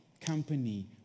company